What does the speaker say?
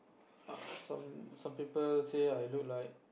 err some some people say I look like